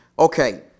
Okay